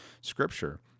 Scripture